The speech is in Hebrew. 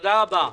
תודה רבה.